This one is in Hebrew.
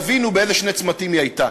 תבינו באיזה שני צמתים היא הייתה.